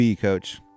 coach